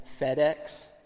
FedEx